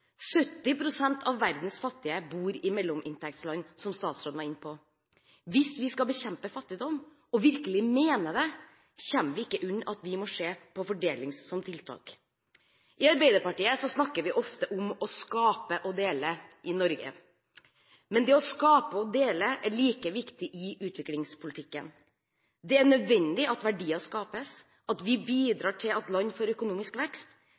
pst. av verdens fattige bor i mellominntektsland, som statsråden var inne på. Hvis vi skal bekjempe fattigdom og virkelig mener det, kommer vi ikke unna at vi må se på fordeling som tiltak. I Arbeiderpartiet snakker vi ofte om å skape og dele i Norge. Men det å skape og dele er like viktig i utviklingspolitikken. Det er nødvendig at verdier skapes, at vi bidrar til at land får økonomisk vekst,